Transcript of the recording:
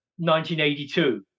1982